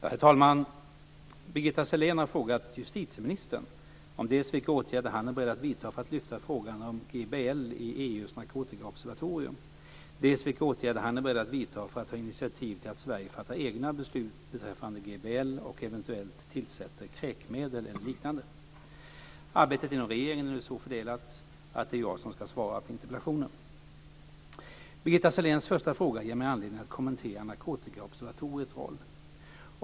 Herr talman! Birgitta Sellén har frågat justitieministern om dels vilka åtgärder han är beredd att vidta för att lyfta frågan om GBL i EU:s narkotikaobservatorium, dels vilka åtgärder han är beredd att vidta för att ta initiativ till att Sverige fattar egna beslut beträffande GBL och eventuellt tillsätter kräkmedel eller liknande. Arbetet inom regeringen är så fördelat att det är jag som ska svara på interpellationen. Birgitta Selléns första fråga ger mig anledning att kommentera narkotikaobservatoriets roll.